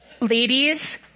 Ladies